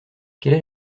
quelle